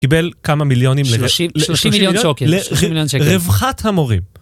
קיבל כמה מיליונים לרווחת המורים.